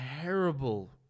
terrible